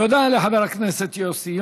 תודה לחבר הכנסת יוסי